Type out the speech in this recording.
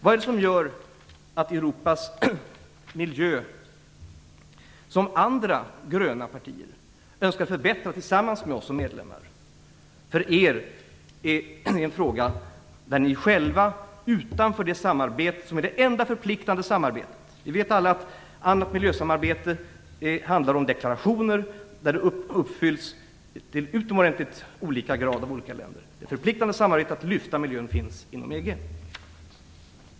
Vad är det som gör att Europas miljö, som andra gröna partier önskar förbättra tillsammans med oss som medlemmar, för er är en fråga där ni själva vill stå utanför det enda förpliktigande samarbetet? Vi vet alla att annat miljösamarbete handlar om deklarationer, som efterlevs i utomordentligt olika grad av olika länder. Det förpliktigande samarbetet för att lyfta fram miljön finns inom EU.